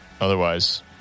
Otherwise